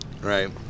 right